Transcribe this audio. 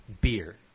beer